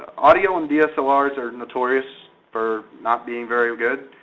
audio on dslrs are notorious for not being very good.